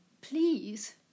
please